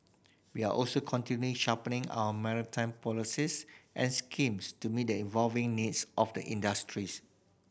we are also continually sharpening our maritime policies and schemes to meet the evolving needs of the industries